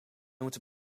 moeten